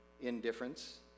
indifference